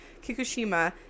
Kikushima